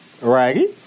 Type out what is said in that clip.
Right